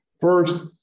First